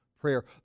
prayer